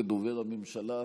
כדובר הממשלה,